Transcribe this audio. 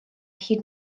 hyd